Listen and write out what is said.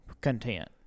content